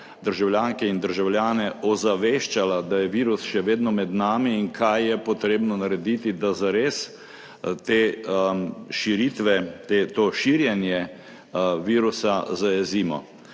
državljanke in državljane ozaveščala, da je virus še vedno med nami in kaj je potrebno narediti, da zares to širjenje virusa zajezimo.